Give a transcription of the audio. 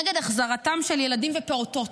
נגד החזרתם של ילדים ופעוטות.